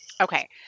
Okay